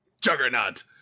juggernaut